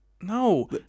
No